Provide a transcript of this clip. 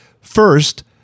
First